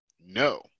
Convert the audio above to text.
No